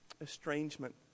estrangement